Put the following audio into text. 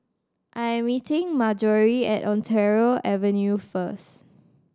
I am meeting Marjorie at Ontario Avenue first